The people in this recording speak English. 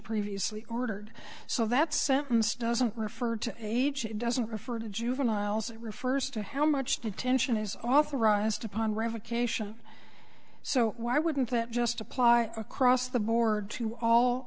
previously ordered so that sentence doesn't refer to age it doesn't refer to juveniles it refers to how much detention is authorized upon revocation so why wouldn't that just apply across the board to all